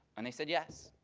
and they said yes.